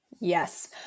Yes